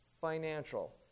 financial